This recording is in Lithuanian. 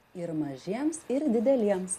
ir mažiems ir dideliems